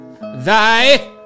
thy